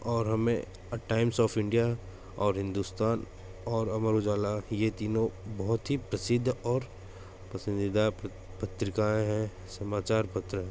और हमें Times of India और हिंदुस्तान और अमर उजाला यह तीनों बहुत ही प्रसिद्ध और पसंदीदा पत्रिकाएँ हैं समाचार पत्र है